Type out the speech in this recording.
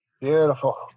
Beautiful